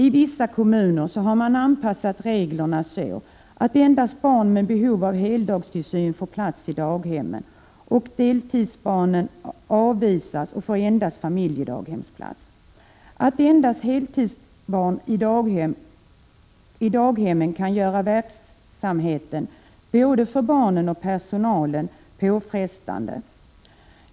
I vissa kommuner har man anpassat reglerna så — 3 juni 1987 att endast barn med behov av heldagstillsyn får plats i daghemmen. Barn med behov av deltidstillsyn avvisas och får endast familjedaghemsplats. Att det bara är barn med heldagstillsyn som får plats på daghemmen kan medföra att daghemsverksamheten blir påfrestande både för barnen och för personalen.